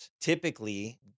Typically